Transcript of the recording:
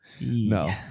No